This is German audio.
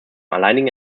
alleinigen